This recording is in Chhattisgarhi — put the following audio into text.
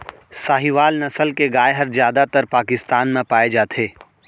साहीवाल नसल के गाय हर जादातर पाकिस्तान म पाए जाथे